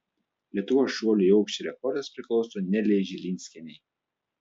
lietuvos šuolių į aukštį rekordas priklauso nelei žilinskienei